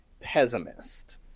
pessimist